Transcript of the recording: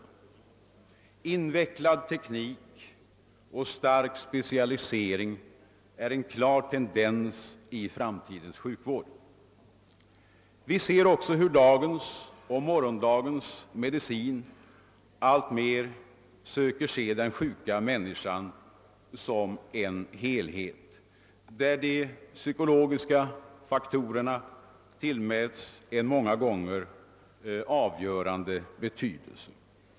Invecklad teknik och stark specialisering är en klar tendens i framtidens sjukvård. Vi ser också hur dagens och morgondagens medicin alltmer söker se den sjuka människan som en helhet, där de psykologiska faktorerna tillmäts en många gånger avgörande betydelse.